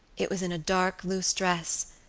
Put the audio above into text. it was in a dark loose dress,